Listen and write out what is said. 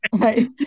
right